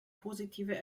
positive